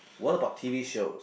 what about t_v shows